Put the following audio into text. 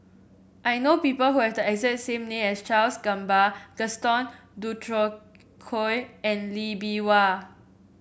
I know people who have the exact name as Charles Gamba Gaston Dutronquoy and Lee Bee Wah